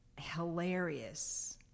hilarious